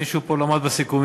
מישהו פה לא עמד בסיכומים,